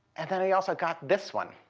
and then i also got this one.